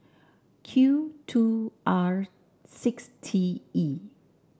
Q two R six T E